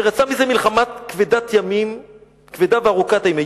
הוא אומר: מלחמה כבדה וארוכת ימים.